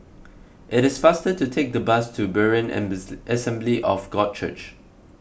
it is faster to take the bus to Berean Assembly of God Church